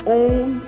own